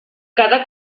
cada